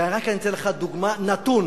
ואני רק אתן לך דוגמה, נתון